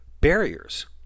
barriers